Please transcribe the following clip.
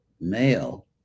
male